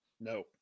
No